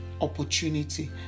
opportunity